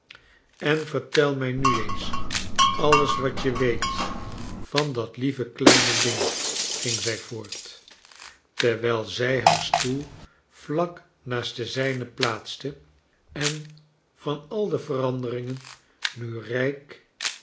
en vertel mij nu eens alles wat je weet van dat lieve kleine ding ging zij voort terwijl zij haar stoel vlak naast den zijnen plaatste en van al de veranderingen nu rijk